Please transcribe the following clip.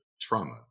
Trauma